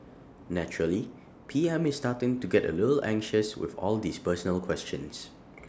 naturally P M is starting to get A little anxious with all these personal questions